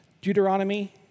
Deuteronomy